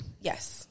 Yes